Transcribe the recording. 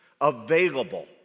available